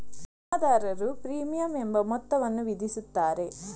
ವಿಮಾದಾರರು ಪ್ರೀಮಿಯಂ ಎಂಬ ಮೊತ್ತವನ್ನು ವಿಧಿಸುತ್ತಾರೆ